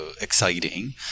exciting